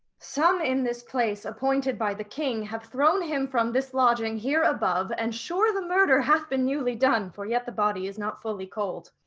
some in this place appointed by the king have thrown him from this lodging here above, and sure the murder hath been newly done, for yet the body is not fully cold.